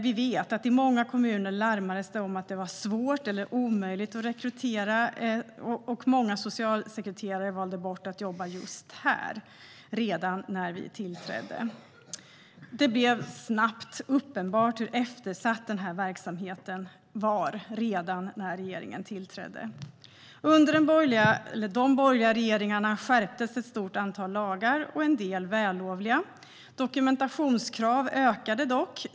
Vi vet att det i många kommuner larmades om att det var svårt eller omöjligt att rekrytera, och många socialsekreterare valde bort att jobba just där redan när vi tillträdde. Det blev snabbt uppenbart hur eftersatt den här verksamheten var redan när regeringen tillträdde. Under de borgerliga regeringarna skärptes ett stort antal lagar, och del av dem var vällovliga. Dokumentationskrav ökade dock.